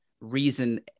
reason